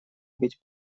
быть